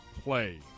play